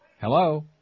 Hello